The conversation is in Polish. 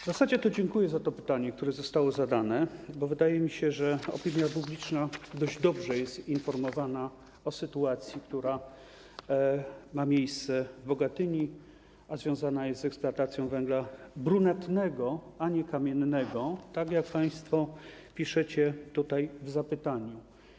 W zasadzie to dziękuję za to pytanie, które zostało zadane, bo wydaje mi się, że opinia publiczna dość dobrze jest informowana o sytuacji, która ma miejsce w Bogatyni, a związana jest z eksploatacją węgla brunatnego, a nie kamiennego, tak jak państwo piszecie tutaj w zapytaniu.